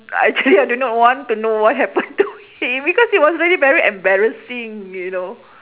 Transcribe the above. actually I do not want to know what happen to him because it was really very embarrassing you know